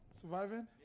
Surviving